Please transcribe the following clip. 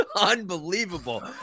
unbelievable